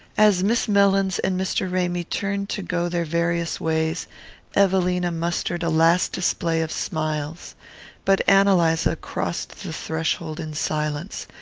as miss mellins and mr. ramy turned to go their various ways evelina mustered a last display of smiles but ann eliza crossed the threshold in silence,